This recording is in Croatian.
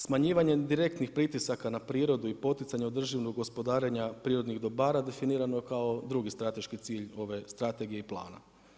Smanjivanjem direktnih pritisaka na prirodu i poticanje održivog gospodarenja prirodnih dobara definirano je kao drugi strateški cilj ove strategije i plana.